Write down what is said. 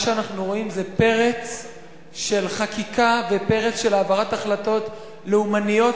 מה שאנחנו רואים זה פרץ של חקיקה ופרץ של העברת החלטות לאומניות.